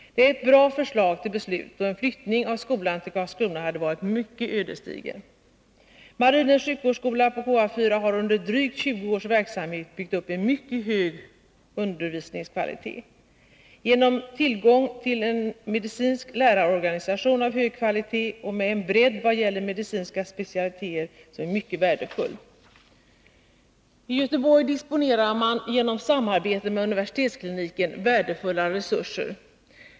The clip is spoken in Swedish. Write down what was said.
Det är ett bra förslag till beslut, då en flyttning av skolan till Karlskrona hade varit mycket ödesdiger. Marinens sjukvårdsskola på KA 4 har under drygt tjugo års verksamhet byggt upp en mycket hög undervisningskvalitet, genom tillgång till en medicinsk lärarorganisation av god kvalitet och med en bredd vad gäller medicinska specialiteter som är mycket värdefull. I Göteborg disponerar man genom samarbete med universitetskliniken värdefulla resurser.